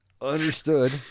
understood